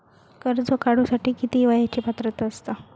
कर्ज काढूसाठी किती वयाची पात्रता असता?